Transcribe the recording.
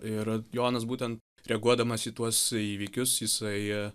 ir jonas būtent reaguodamas į tuos įvykius jisai